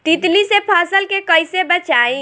तितली से फसल के कइसे बचाई?